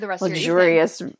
luxurious